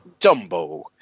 Dumbo